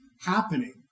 happening